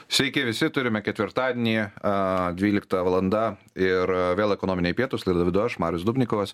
sveiki visi turime ketvirtadienį a dvylikta valanda ir vėl ekonominiai pietūs laidą vedu aš marius dubnikovas